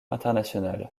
international